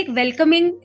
welcoming